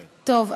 טוב,